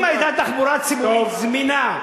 אם היתה תחבורה ציבורית זמינה,